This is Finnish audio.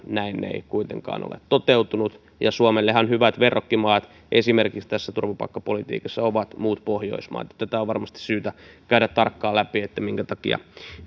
näin ei kuitenkaan ole toteutunut suomellehan hyvät verrokkimaat esimerkiksi turvapaikkapolitiikassa ovat muut pohjoismaat tätä on varmasti syytä käydä tarkkaan läpi minkä takia